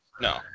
No